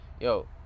Yo